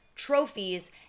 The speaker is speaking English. trophies